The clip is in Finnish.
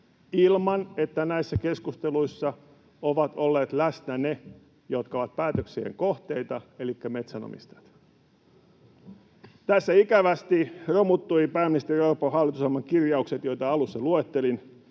ilman, että näissä keskusteluissa ovat olleet läsnä ne, jotka ovat päätöksien kohteita, elikkä metsänomistajat. Tässä ikävästi romuttuivat pääministeri Orpon hallitusohjelman kirjaukset, joita alussa luettelin: